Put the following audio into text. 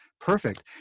perfect